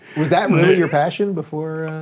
was that really your passion before